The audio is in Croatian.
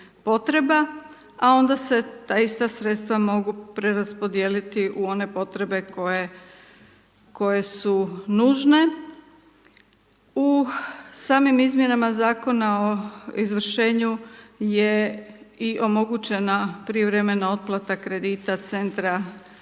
A onda se ta ista sredstva mogu preraspodijeliti u one potrebe koje su nužne u samim izmjenama zakona o izvršenju je i omogućena privremena otplata kredita centra